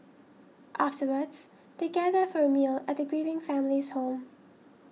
afterwards they gather for a meal at the grieving family's home